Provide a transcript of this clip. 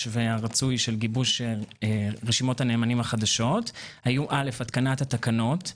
והרצוי של גיבוש רשימות הנאמנים החדשות היו אל"ף התקנת התקנות,